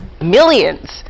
millions